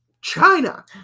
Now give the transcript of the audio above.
China